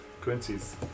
Quincy's